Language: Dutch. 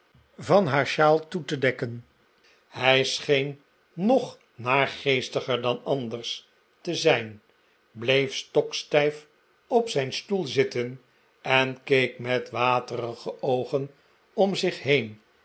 van haar shawl toe te dekken hij scheen nog naargeestiger dan anders te zijn bleef stokstijf op zijn stoel zitten en keek met waterige oogen om zich heen